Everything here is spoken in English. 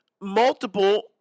multiple